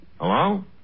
Hello